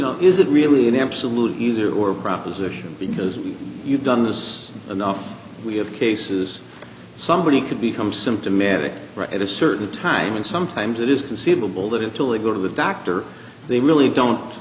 know is it really an absolutely zero or proposition because you've done this enough we have cases somebody could become symptomatic at a certain time and sometimes it is conceivable that it will it go to the doctor they really don't